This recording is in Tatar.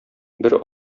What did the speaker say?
бер